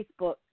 Facebook